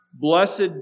Blessed